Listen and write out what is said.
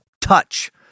touch